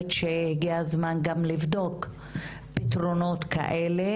שהגיע הזמן גם לבדוק פתרונות כאלה,